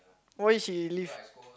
why she leave